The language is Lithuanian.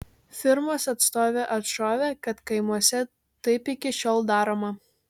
firmos atstovė atšovė kad kaimuose taip iki šiol daroma